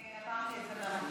אני אמרתי את זה מהמקום.